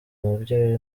mubyeyi